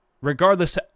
regardless